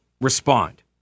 respond